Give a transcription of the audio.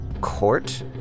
court